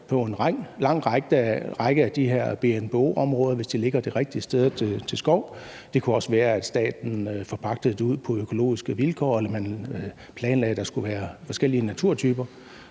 på en lang række af de her BNBO-områder, hvis de ligger de rigtige steder til skov. Det kunne også være, at staten forpagtede det ud på økologiske vilkår, eller at man planlagde, at der skulle være forskellige naturtyper.